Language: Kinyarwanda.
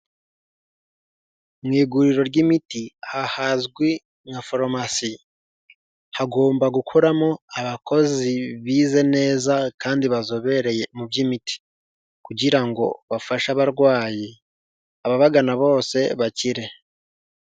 Mu iguriro ry'imiti aha hazwi nka farumasi, hagomba gukuramo abakozi bize neza kandi bazobereye mu by'imiti kugira ngo bafashe abarwayi, ababagana bose bakire.